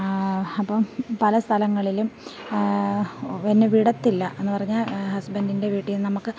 അപ്പോള് പല സ്ഥലങ്ങളിലും എന്നെ വിടത്തില്ല എന്നു പറഞ്ഞാൽ ഹസ്ബൻറ്റിൻ്റെ വീട്ടില്നിന്ന് നമ്മള്ക്ക്